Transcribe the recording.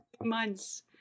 months